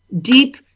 deep